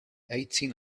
eighteen